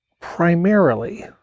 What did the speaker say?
primarily